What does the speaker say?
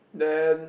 then